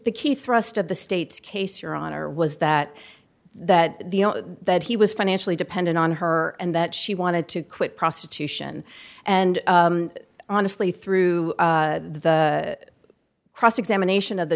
the key thrust of the state's case your honor was that that the that he was financially dependent on her and that she wanted to quit prostitution and honestly through the cross examination of the